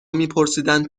میپرسیدند